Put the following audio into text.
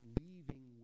leaving